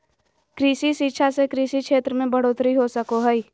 कृषि शिक्षा से कृषि क्षेत्र मे बढ़ोतरी हो सको हय